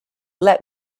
let